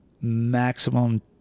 Maximum